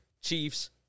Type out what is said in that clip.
Chiefs